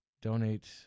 donate